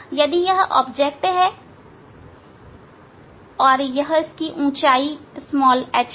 यदि यह वस्तु है और यह इसकी ऊंचाई h है